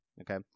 okay